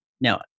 Now